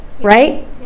Right